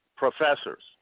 Professors